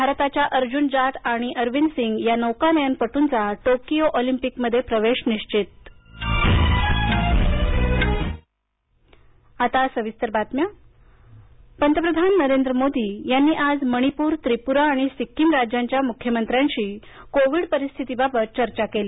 भारताच्या अर्जून जाट आणि अरविंद सिंग या नौकानयन पटूचा टोकियो ऑलिम्पिकमध्ये प्रवेश निश्वित पंतप्रधान पंतप्रधान नरेंद्र मोदी यांनी आज मणिपूर त्रिपुरा आणि सिक्कीम राज्यांच्या मुख्यमंत्र्यांशी आज कोविड परिस्थितीबाबत चर्चा केली